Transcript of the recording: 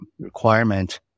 requirement